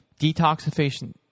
detoxification